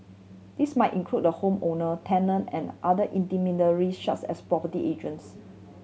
this might include the home owner tenant and other intermediary such as property agents